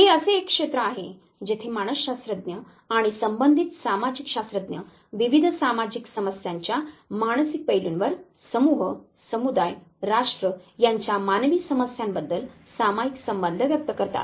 हे असे एक क्षेत्र आहे जेथे मानसशास्त्रज्ञ आणि संबंधित सामाजिक शास्त्रज्ञ विविध सामाजिक समस्यांच्या मानसिक पैलूंवर समूह समुदाय राष्ट्र यांच्या मानवी समस्यांबद्दल सामायिक संबंध व्यक्त करतात